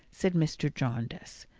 said mr. jarndyce.